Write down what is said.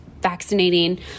vaccinating